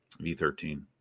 V13